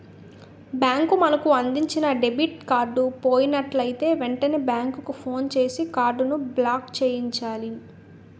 bank మనకు అందించిన debit card పోయినట్లయితే వెంటనే బ్యాంకుకు ఫోన్ చేసి కార్డును బ్లాక్చేయించాలి